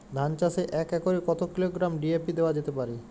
ধান চাষে এক একরে কত কিলোগ্রাম ডি.এ.পি দেওয়া যেতে পারে?